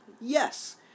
Yes